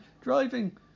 driving